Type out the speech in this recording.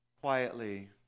quietly